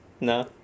No